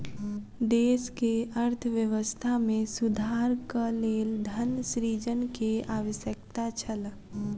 देश के अर्थव्यवस्था में सुधारक लेल धन सृजन के आवश्यकता छल